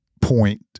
point